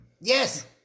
Yes